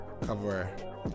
cover